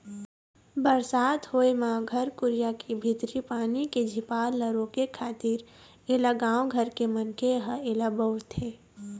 बरसात होय म घर कुरिया के भीतरी पानी के झिपार ल रोके खातिर ऐला गाँव घर के मनखे ह ऐला बउरथे